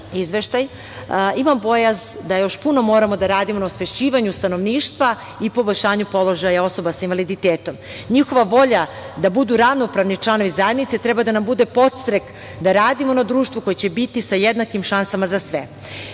izveštaj imam bojazan da još puno moramo da radimo na osvešćivanju stanovništva i poboljšanju položaja osoba sa invaliditetom. Njihova volja da budu ravnopravni članovi zajednice treba da nam bude podstrek da radimo na društvu koje će biti sa jednakim šansama za